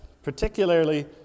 particularly